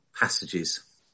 passages